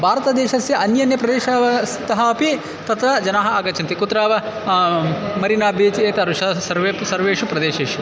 भारतदेशस्य अन्यान्य प्रदेशे स्थः अपि तत्र जनाः आगच्छन्ति कुत्र वा मरीना बीच् एतादृशं सर्वेपि सर्वेषु प्रदेशेषु